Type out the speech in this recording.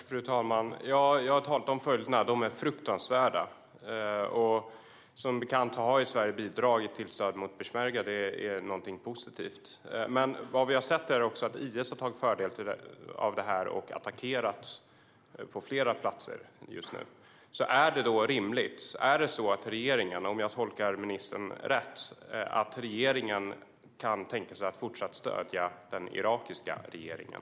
Fru talman! Jag har talat om följderna. De är fruktansvärda. Som bekant har Sverige bidragit med stöd till peshmerga, och det är positivt. Vad vi har sett är också att IS har dragit fördel av detta och attackerat på flera platser. Om jag tolkar ministern rätt, är det så att regeringen kan tänka sig att fortsatt stödja den irakiska regeringen?